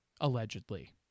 allegedly